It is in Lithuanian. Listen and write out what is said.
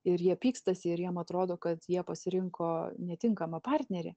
ir jie pykstasi ir jiem atrodo kad jie pasirinko netinkamą partnerį